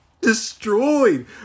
destroyed